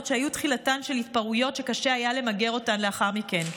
שהיו תחילתן של התפרעויות שקשה היה למגר אותן לאחר מכן.